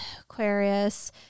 Aquarius